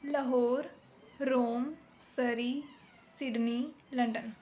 Lahore Rome Surrey Sydney London